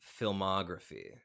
filmography